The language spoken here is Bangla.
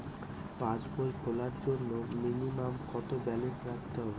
পাসবই খোলার জন্য মিনিমাম কত ব্যালেন্স রাখতে হবে?